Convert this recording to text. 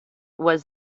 was